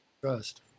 trust